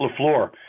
Lafleur